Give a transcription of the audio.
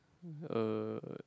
uh